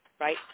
right